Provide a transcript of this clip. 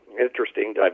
interesting